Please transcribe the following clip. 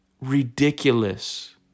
ridiculous